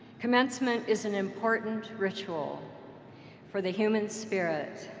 commencement is an important ritual for the human spirit,